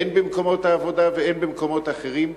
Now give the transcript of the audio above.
הן במקומות העבודה והן במקומות אחרים,